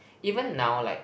even now like